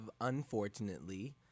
unfortunately